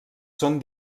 són